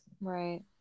right